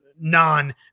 non